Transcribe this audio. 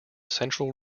central